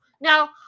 Now